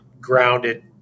grounded